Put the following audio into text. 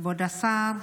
כבוד השר,